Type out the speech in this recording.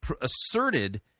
asserted